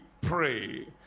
pray